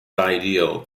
ideal